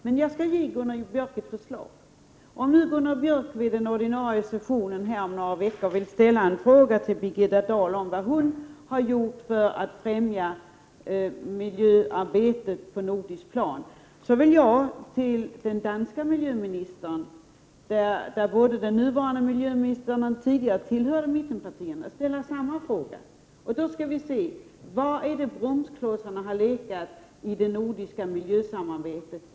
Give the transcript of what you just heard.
Men jag skall ge Gunnar Björk ett förslag. Om Gunnar Björk vid den ordinarie sessionen här om några veckor vill ställa en fråga till Birgitta Dahl om vad hon har gjort för att främja miljöarbetet på nordiskt plan, så vill jag till den danske miljöministern — både den nuvarande och den tidigare miljöministern i Danmark tillhör mittenpartierna — ställa samma fråga. Då skall det visa sig var bromsklossarna har legat i det nordiska miljösamarbetet.